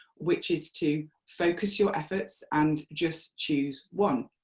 which is to focus your efforts and just choose one.